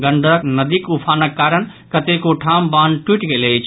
गंडक नदीक उफानक कारण कतेको ठाम बान्ह टूटि गेल अछि